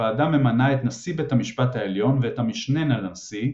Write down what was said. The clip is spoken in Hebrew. הוועדה ממנה את נשיא בית המשפט העליון ואת המשנה לנשיא,